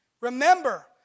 Remember